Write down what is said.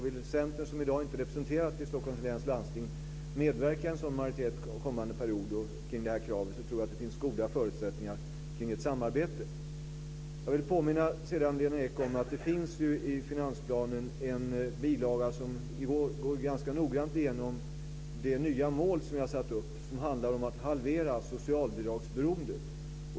Vill Centern, som i dag inte är representerad i Stockholms läns landsting, medverka i en sådan majoritet kring detta krav kommande period tror jag att det finns goda förutsättningar för ett samarbete. Jag vill påminna Lena Ek om att det i finansplanen finns en bilaga där vi går ganska noggrant igenom det nya mål som vi har satt upp som handlar om att halvera socialbidragsberoendet.